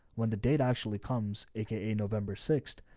when the data actually comes aka november sixth,